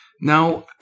Now